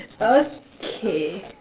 okay